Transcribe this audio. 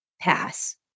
pass